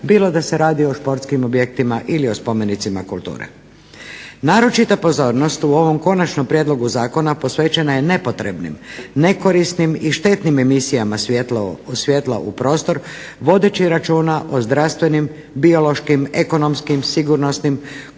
bilo da se radi o športskim objektima ili spomenicima kulture. Naročita pozornost u ovom Konačnom prijedlogu zakona posvećena je nepotrebnim, nekorisnim i štetnim emisijama svjetla u prostor vodeći računa o zdravstvenim, biološkim, ekonomskim, sigurnosnim,